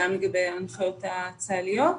גם לגבי ההנחיות הצה"ליות,